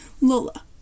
Lola